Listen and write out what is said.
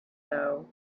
though